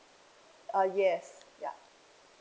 uh yes ya